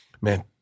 man